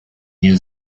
new